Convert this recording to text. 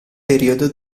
periodo